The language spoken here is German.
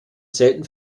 selten